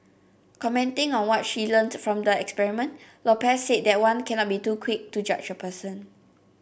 commenting on what she learnt from the experiment Lopez said that one cannot be too quick to judge a person